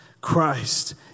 Christ